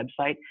website